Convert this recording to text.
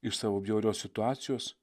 iš savo bjaurios situacijos